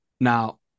Now